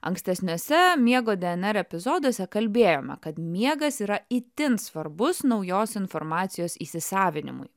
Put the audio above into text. ankstesniuose miego dnr epizoduose kalbėjome kad miegas yra itin svarbus naujos informacijos įsisavinimui